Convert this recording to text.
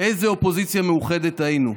איזו אופוזיציה מאוחדת היינו.